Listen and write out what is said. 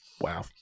Wow